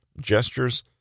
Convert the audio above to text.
gestures